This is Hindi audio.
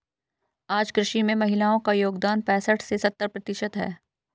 आज कृषि में महिलाओ का योगदान पैसठ से सत्तर प्रतिशत है